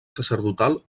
sacerdotal